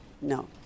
No